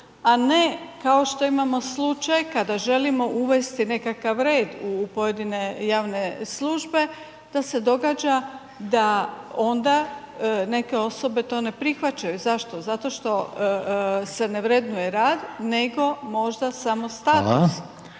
a ne kao što imamo slučaj kada želimo uvesti nekakav red u pojedine javne službe da se događa da ona neke osobe to ne prihvaćaju. Zašto? Zato što se ne vrednuje rad nego možda samo status.